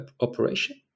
operation